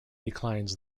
declines